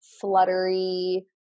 fluttery